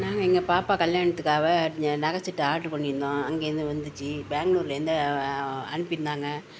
நாங்கள் எங்கள் பாப்பா கல்யாணத்துக்காக நகை செட்டு ஆர்டரு பண்ணியிருந்தோம் அங்கேருந்து வந்துச்சு பேங்களூர்லேருந்து அனுப்பியிருந்தாங்க